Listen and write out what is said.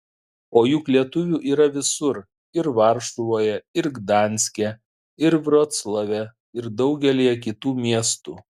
o juk lietuvių yra visur ir varšuvoje ir gdanske ir vroclave ir daugelyje kitų miestų